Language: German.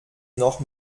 noch